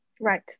Right